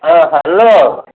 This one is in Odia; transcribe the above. ହଁ ହ୍ୟାଲୋ